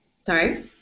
Sorry